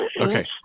Okay